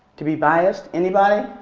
to be biased, anybody?